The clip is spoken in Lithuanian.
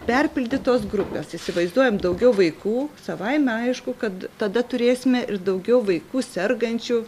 perpildytos grupės įsivaizduojam daugiau vaikų savaime aišku kad tada turėsime ir daugiau vaikų sergančių